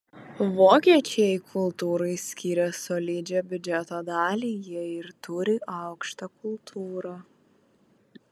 vokiečiai kultūrai skiria solidžią biudžeto dalį jie ir turi aukštą kultūrą